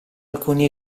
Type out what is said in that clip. alcuni